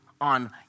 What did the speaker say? on